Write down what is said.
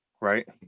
right